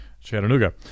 Chattanooga